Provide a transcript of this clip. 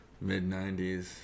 mid-90s